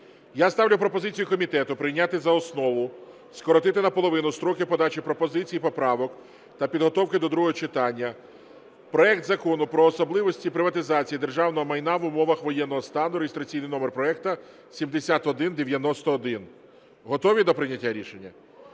Я ставлю пропозицію комітету прийняти за основу, скоротити наполовину строки подачі пропозицій і поправок та підготовки до другого читання, проект Закону про особливості приватизації державного майна в умовах воєнного стану (реєстраційний номер проекту 7191). Готові до прийняття рішення?